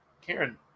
Karen